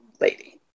lady